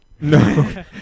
No